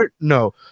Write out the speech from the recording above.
no